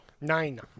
Nine